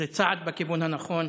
זה צעד בכיוון הנכון.